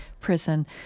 prison